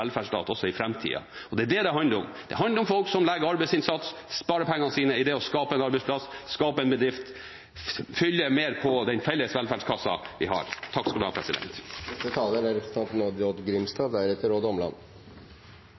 velferdsstat også i framtida. Det er det det handler om. Det handler om folk som legger arbeidsinnsats og sparepengene sine i det å skape en arbeidsplass, skape en bedrift, fylle mer på den felles velferdskassa vi har. Regjeringas forslag til budsjett for 2017 handlar om arbeid, aktivitet og omstilling. Sjømatnæringa er